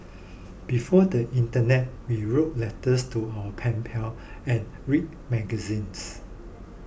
before the internet we wrote letters to our pen pal and read magazines